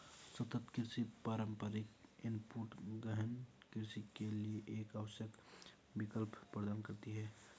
सतत कृषि पारंपरिक इनपुट गहन कृषि के लिए एक आवश्यक विकल्प प्रदान करती है